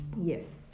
yes